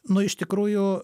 nu iš tikrųjų